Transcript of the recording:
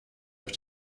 auf